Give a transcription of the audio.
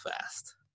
fast